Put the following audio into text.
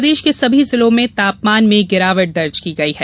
प्रदेश के सभी जिलों में तापमान में गिरावट दर्ज की गई है